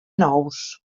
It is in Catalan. nous